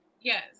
Yes